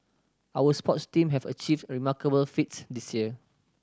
our sports team have achieved remarkable feats this year